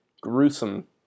gruesome